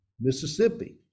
Mississippi